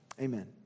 Amen